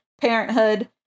Parenthood